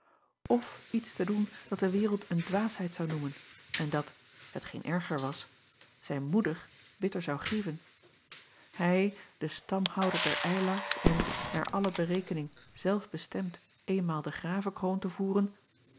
f iets te doen dat de wereld een dwaasheid zou noemen en dat t geen erger was zijn moeder bitter zou grieven ij de stamhouder der ylars en naar alle berekening zelf bestemd eenmaal de ravekroon te voeren